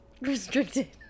Restricted